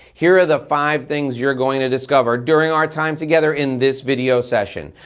here are the five things you're going to discover during our time together in this video session.